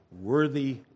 Worthy